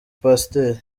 pasiteri